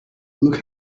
look